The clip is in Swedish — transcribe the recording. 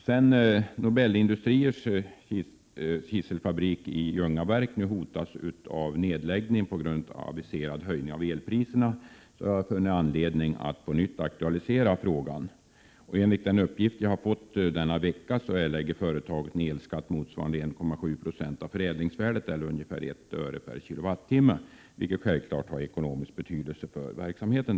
Sedan Nobelindustriers kiselfabrik i Ljungaverk nu hotas av nedläggning på grund av aviserad höjning av elpriserna har jag funnit anledning att på nytt aktualisera frågan här i riksdagen. Enligt en uppgift jag fått denna vecka erlägger företaget en elskatt motsvarande 1,7 26 av förädlingsvärdet eller ungefär 1 öre per kWh, vilket självfallet har ekonomisk betydelse för verksamheten.